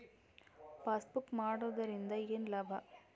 Passbook ಮಾಡುದರಿಂದ ಏನು ಲಾಭ?